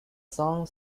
song